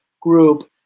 group